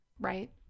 Right